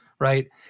right